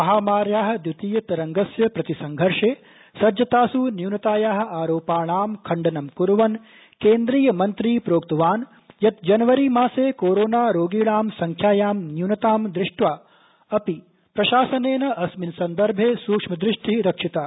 महामार्याः द्वितीयतरङ्गस्य प्रतिसङ्घर्ष सज्जतास् न्यूनतायाः आरोपाणां खण्डनं क्र्वन केन्द्रीय मंत्री प्रोक्तवान यत जनवरीमासे कोरोनारोगिणां संख्यायां न्यूनतां दृष्ट्वा अपि प्रशासनेन अस्मिन सन्दर्भे सूक्ष्मदृष्टिः रक्षिता